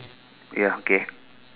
ya okay